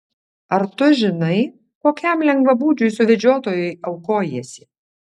ar tu žinai kokiam lengvabūdžiui suvedžiotojui aukojiesi